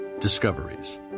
Discoveries